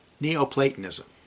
Neoplatonism